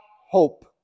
hope